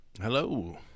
Hello